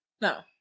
No